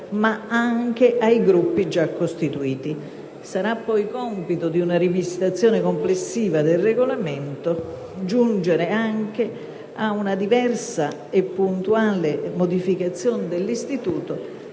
ai Gruppi già costituiti. Sarà poi compito di una rivisitazione complessiva del Regolamento giungere ad una diversa e puntuale modificazione dell'istituto,